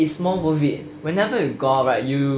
it's more worth it whenever you go right you